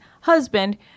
husband